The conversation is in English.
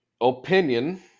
opinion